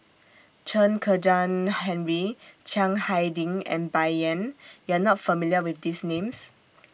Chen Kezhan Henri Chiang Hai Ding and Bai Yan YOU Are not familiar with These Names